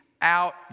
out